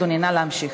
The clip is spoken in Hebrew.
אדוני, נא להמשיך.